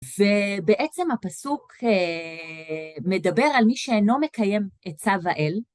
ובעצם הפסוק מדבר על מי, שאינו מקיים את צו האל.